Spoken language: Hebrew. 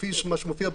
לפי מה שמופיע בחוק,